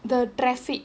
the traffic